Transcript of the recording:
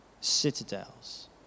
citadels